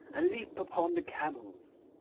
and leap upon the camels.